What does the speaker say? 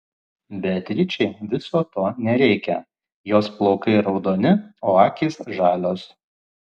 beatričei viso to nereikia jos plaukai raudoni o akys žalios